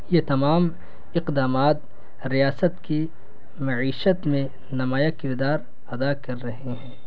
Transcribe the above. یہ تمام اقدامات ریاست کی معیشت میں نمایاں کردار ادا کر رہے ہیں